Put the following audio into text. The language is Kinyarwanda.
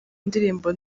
ndirimbo